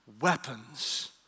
weapons